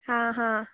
हां हां